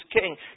King